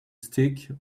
stick